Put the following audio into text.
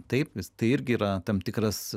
taip vis tai irgi yra tam tikras